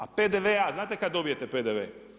A PDV-a, a znate kada dobijete PDV?